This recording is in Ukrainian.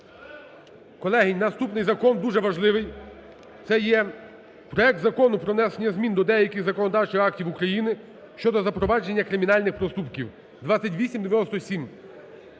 Колеги, і наступний закон дуже важливий. Це є проект Закону про внесення змін до деяких законодавчих актів України щодо запровадження кримінальних проступків (2897).